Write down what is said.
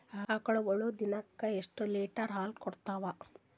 ಆಕಳುಗೊಳು ದಿನಕ್ಕ ಎಷ್ಟ ಲೀಟರ್ ಹಾಲ ಕುಡತಾವ?